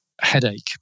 Headache